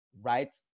right